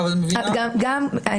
הוכרעו,